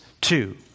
two